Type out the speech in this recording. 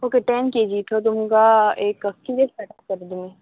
okay ten KG तर तुमकां एक किदे जाय एक्जेक्टली